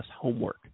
homework